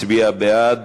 הצביע בעד,